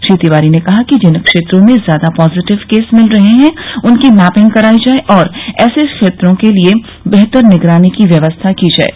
श्री तिवारी ने कहा कि जिन क्षेत्रों में ज्यादा पॉजटिव केस मिल रहे हैं उनकी मैपिंग कराई जाये और ऐसे क्षेत्रों के लिए बेहतर निगरानी की व्यवस्था की जाये